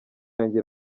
yanjye